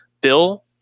Bill